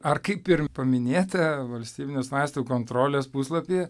ar kaip ir paminėta valstybinės vaistų kontrolės puslapyje